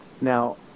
Now